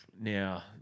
now